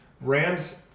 Rams